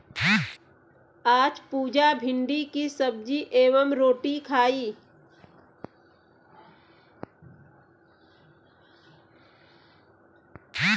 आज पुजा भिंडी की सब्जी एवं रोटी खाई